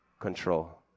control